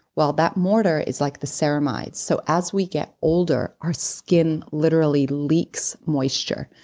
well, that mortar it's like the ceramides. so as we get older, our skin literally leaks moisture.